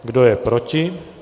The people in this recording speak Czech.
Kdo je proti?